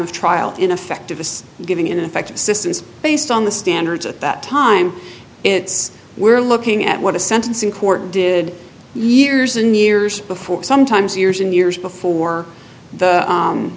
of trial in effect of giving ineffective assistance based on the standards at that time it's we're looking at what a sentencing court did years and years before sometimes years and years before the